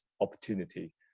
opportunity